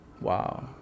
Wow